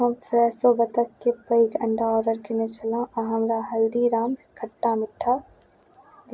हम थ्रेसो बत्तखके पैघ अण्डा ऑडर कएने छलहुँ आओर हमरा हल्दीराम खट्टा मिठ्ठा